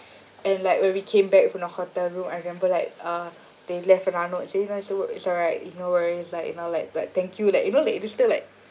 and like when we came back from the hotel room I remember like uh they left another note saying no it's a no it's alright no worries like you know like but thank you like you know like they still like